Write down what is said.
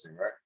right